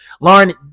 Lauren